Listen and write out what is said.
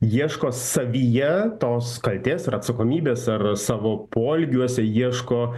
ieško savyje tos kaltės ir atsakomybės ar savo poelgiuose ieško